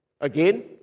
Again